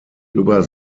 über